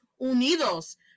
Unidos